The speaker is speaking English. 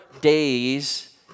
days